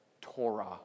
Torah